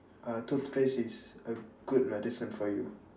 uh toothpaste is a good medicine for you